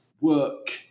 work